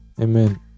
amen